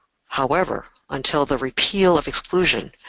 however, until the repeal of exclusion,